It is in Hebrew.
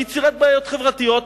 ביצירת בעיות חברתיות,